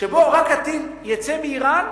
שבו רק הטיל יצא מאירן,